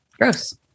Gross